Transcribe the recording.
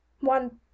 one